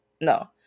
no